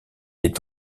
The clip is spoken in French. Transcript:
est